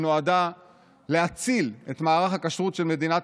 שנועדה להציל את מערך הכשרות של מדינת